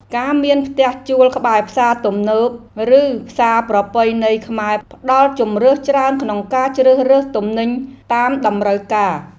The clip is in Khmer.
ការមានផ្ទះជួលក្បែរផ្សារទំនើប ឬផ្សារប្រពៃណីខ្មែរផ្តល់ជម្រើសច្រើនក្នុងការជ្រើសរើសទំនិញតាមតម្រូវការ។